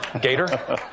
Gator